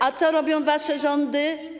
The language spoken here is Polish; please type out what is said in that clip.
A co robią wasz rząd?